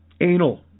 anal